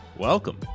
Welcome